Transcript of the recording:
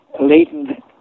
latent